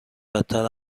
بدتر